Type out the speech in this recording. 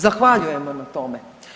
Zahvaljujemo na tome.